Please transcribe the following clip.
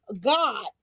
God